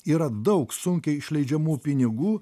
yra daug sunkiai išleidžiamų pinigų